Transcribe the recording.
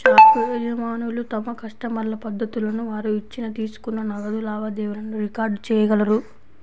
shop యజమానులు తమ కస్టమర్ల పద్దులను, వారు ఇచ్చిన, తీసుకున్న నగదు లావాదేవీలను రికార్డ్ చేయగలరు